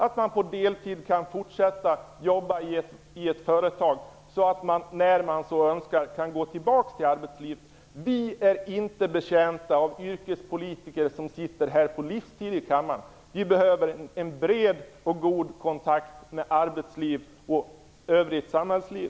De kan på deltid fortsätta att jobba i ett företag så att de när de så önskar kan gå tillbaks till arbetslivet. Vi är inte betjänta av yrkespolitiker som sitter i kammaren på livstid. Riksdagsledamöter behöver en bred och god kontakt med arbetsliv och övrigt samhällsliv.